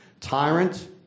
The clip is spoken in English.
Tyrant